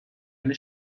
eine